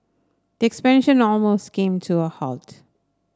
the expansion almost came to a halt